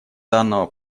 данного